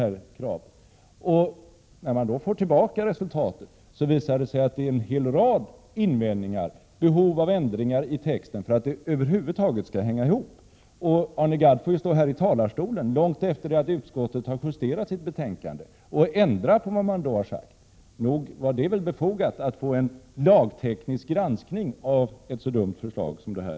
När resultatet av lagrådets granskning kom till utskottet visade det sig att det fanns en hel rad invändningar mot förslaget; det förelåg behov av ändringar i texten för att förslaget över huvud taget skulle hänga ihop. Arne Gadd får stå här i talarstolen i dag, långt efter det att utskottet har justerat sitt betänkande, och ändra vad majoriteten tidigare har sagt. Nog var det befogat att få en lagteknisk granskning av ett så dumt förslag som detta är!